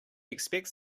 expects